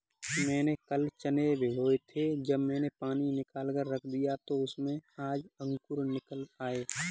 मैंने कल चने भिगोए थे जब मैंने पानी निकालकर रख दिया तो उसमें आज अंकुर निकल आए